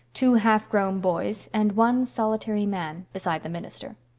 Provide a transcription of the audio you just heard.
two half-grown boys, and one solitary man, beside the minister.